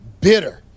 bitter